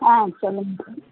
ஆ சொல்லுங்கள் சார்